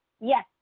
Yes